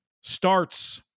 starts